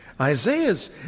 Isaiah's